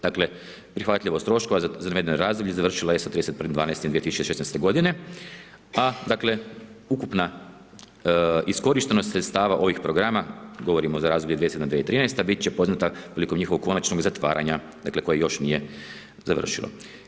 Dakle, prihvatljivost troškova za navedeno razdoblje završila je sa 31.12.2016.g., a, dakle, ukupna iskorištenost sredstava ovih programa, govorimo za razdoblje 2007., 2013., bit će poznata prilikom njihovog konačnog zatvaranja, dakle, koje još nije završilo.